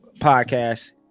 podcast